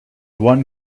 one